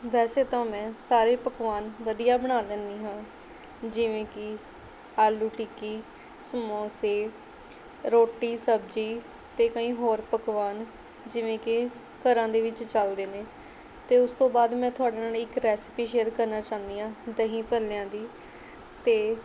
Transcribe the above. ਵੈਸੇ ਤਾਂ ਮੈਂ ਸਾਰੇ ਪਕਵਾਨ ਵਧੀਆ ਬਣਾ ਲੈਂਦੀ ਹਾਂ ਜਿਵੇਂ ਕਿ ਆਲੂ ਟਿੱਕੀ ਸਮੋਸੇ ਰੋਟੀ ਸਬਜ਼ੀ ਅਤੇ ਕਈ ਹੋਰ ਪਕਵਾਨ ਜਿਵੇਂ ਕਿ ਘਰਾਂ ਦੇ ਵਿੱਚ ਚਲਦੇ ਨੇ ਅਤੇ ਉਸ ਤੋਂ ਬਾਅਦ ਮੈਂ ਤੁਹਾਡੇ ਨਾਲ਼ ਇੱਕ ਰੈਸਪੀ ਸ਼ੇਅਰ ਕਰਨਾ ਚਾਹੁੰਦੀ ਹਾਂ ਦਹੀ ਭੱਲਿਆਂ ਦੀ ਅਤੇ